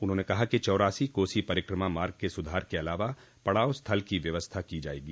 उन्होंने कहा कि चौरासी कोसी परिकमा मार्ग के सुधार के अलावा पड़ाव स्थल की व्यवस्था की जायेगी